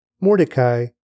Mordecai